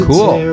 Cool